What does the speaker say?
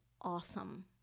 awesome